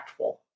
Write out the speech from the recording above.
impactful